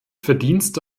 verdienste